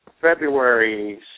February